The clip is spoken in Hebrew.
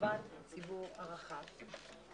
לטובת הציבור הרחב.